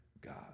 God